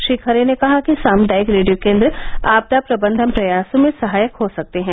श्री खरे ने कहा कि सामुदायिक रेडियो केंद्र आपदा प्रबंधन प्रयासों में सहायक हो सकते हैं